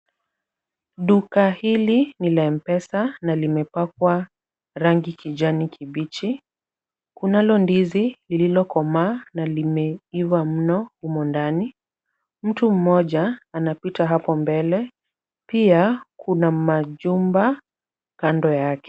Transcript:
Duka hili ni la mpesa na limepakwa rangi kijani kibichi, kunalo ndizi lililokomaa na limeiva mno humo ndani. Mtu mmoja anapita hapo mbele, pia kuna majumba kando yake.